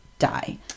Die